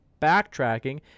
backtracking